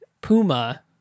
Puma